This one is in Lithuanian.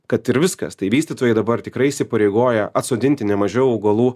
kad ir viskas tai vystytojai dabar tikrai įsipareigoja atsodinti ne mažiau augalų